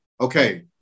okay